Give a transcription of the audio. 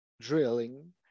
drilling